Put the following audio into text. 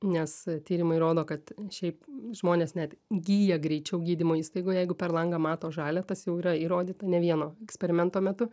nes tyrimai rodo kad šiaip žmonės net gyja greičiau gydymo įstaigoje jeigu per langą mato žalia tas jau yra įrodyta ne vieno eksperimento metu